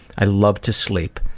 i love to sleep.